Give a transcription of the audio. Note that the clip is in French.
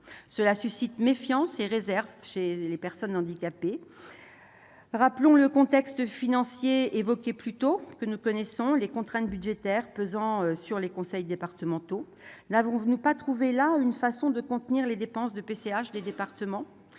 qui suscite méfiance et réserves chez les personnes handicapées, compte tenu du contexte financier, évoqué plus tôt, et des contraintes budgétaires pesant sur les conseils départementaux. N'avez-vous pas trouvé là une façon de contenir les dépenses de PCH des départements ?